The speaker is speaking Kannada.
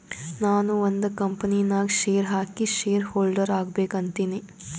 ನಾನು ಒಂದ್ ಕಂಪನಿ ನಾಗ್ ಶೇರ್ ಹಾಕಿ ಶೇರ್ ಹೋಲ್ಡರ್ ಆಗ್ಬೇಕ ಅಂತೀನಿ